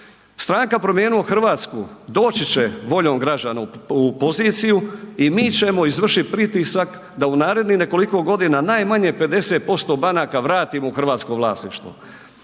Stranka Promijenimo Hrvatsku doći će voljom građana u poziciju i mi ćemo izvršiti pritisak da u narednih nekoliko godina najmanje 50% banaka vratimo u hrvatsko vlasništvo.